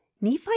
Nephi